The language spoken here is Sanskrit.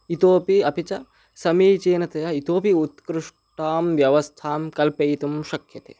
इतोपि अपि च समीचीनतया इतोपि उत्कृष्टां व्यवस्थां कल्पयितुं शक्यते